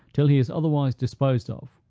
till he is otherwise disposed of,